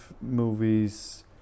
movies